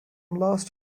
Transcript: last